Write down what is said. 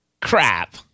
Crap